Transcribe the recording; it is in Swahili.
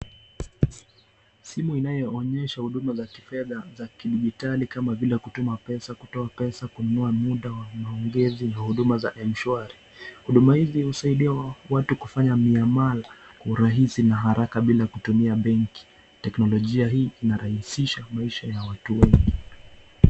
Simu inayoonyesha huduma za fedha za kidigitali kama vile ktuma pesa, kutoa pesa, kununua muda wa maongezi na huduma za Mshwari. Huduma hizi husaidia watu kufanya unyamala kwa urahisi na haraka bila kutumia benki. Teknolojia hii inarahisisha maisha ya watu wengi